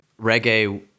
reggae